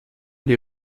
les